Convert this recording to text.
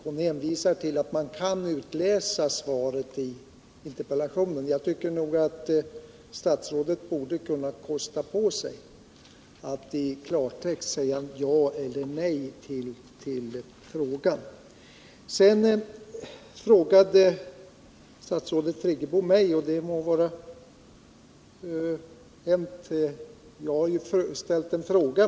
Hon hänvisar till svaret och säger att man där kan utläsa hennes mening om detta. Men jag tycker att statsrådet borde kunna kosta på sig alt I klartext svara ja eller nej på min fråga. Statsrådet Friggebo ställde också en fråga till mig.